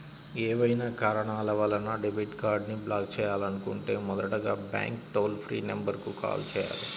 ఏవైనా కారణాల వలన డెబిట్ కార్డ్ని బ్లాక్ చేయాలనుకుంటే మొదటగా బ్యాంక్ టోల్ ఫ్రీ నెంబర్ కు కాల్ చేయాలి